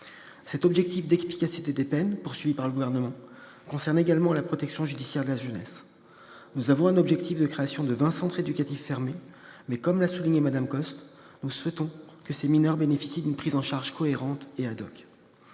Cet objectif d'efficacité des peines concerne également la protection judiciaire de la jeunesse. Nous avons un objectif de création de 20 centres éducatifs fermés. Mais, comme l'a souligné Josiane Costes, nous souhaitons que ces mineurs bénéficient d'une prise en charge cohérente et.